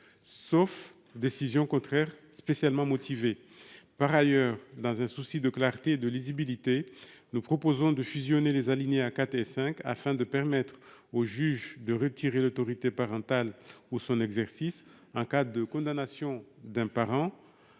sauf décision contraire spécialement motivée. Par ailleurs, dans un souci de clarté et de lisibilité, nous suggérons de fusionner les alinéas 4 et 5 afin de permettre au juge de retirer l'autorité parentale ou son exercice en cas de condamnation d'un parent